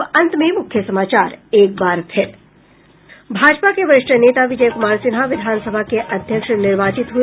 और अब अंत में मुख्य समाचार एक बार फिर भाजपा के वरिष्ठ नेता विजय कुमार सिन्हा विधानसभा के अध्यक्ष निर्वाचित हुए